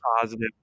positive